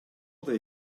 they